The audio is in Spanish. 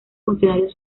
funcionarios